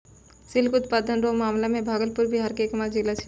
silk उत्पादन रो मामला मे भागलपुर बिहार के एकमात्र जिला छै